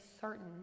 certain